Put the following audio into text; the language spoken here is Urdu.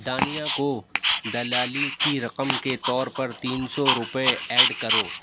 دانیہ کو دلالی کی رقم کے طور پر تین سو روپے ایڈ کرو